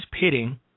pitting